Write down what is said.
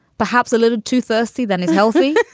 perhaps a little too thirsty than is healthy,